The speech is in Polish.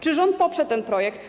Czy rząd poprze ten projekt?